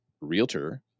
realtor